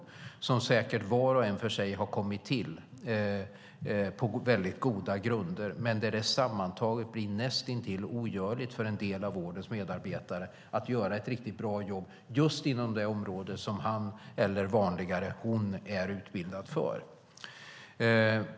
De har säkert kommit till var och en för sig på goda grunder, men sammantaget blir det näst intill ogörligt för en del av vårdens medarbetare att göra ett riktigt bra jobb just inom det område som han eller, vanligare, hon är utbildad för.